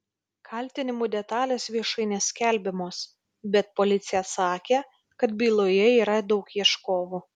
kaltinimų detalės viešai neskelbiamos bet policija sakė kad byloje yra daug ieškovų